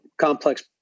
complex